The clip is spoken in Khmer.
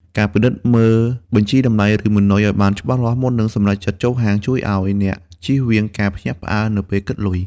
ការពិនិត្យមើលបញ្ជីតម្លៃ ឬ មីនុយ ឱ្យបានច្បាស់លាស់មុននឹងសម្រេចចិត្តចូលហាង ជួយឱ្យអ្នកជៀសវាងការភ្ញាក់ផ្អើលនៅពេលគិតលុយ។